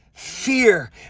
Fear